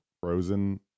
frozen